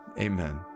Amen